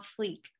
Fleek